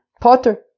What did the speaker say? potter